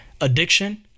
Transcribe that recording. addiction